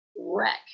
wreck